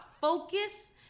focus